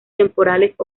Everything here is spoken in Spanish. temporales